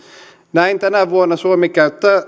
näin tänä vuonna suomi käyttää